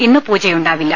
ഇന്ന് പൂജയുണ്ടാവില്ല